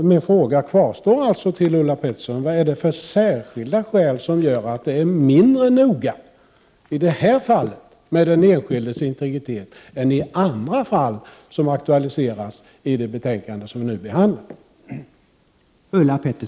Min fråga till Ulla Pettersson kvarstår alltså: Vad är det för särskilda skäl som gör att det är mindre noga i det här fallet med den enskildes integritet än i andra fall som aktualiseras i det betänkande som vi nu behandlar?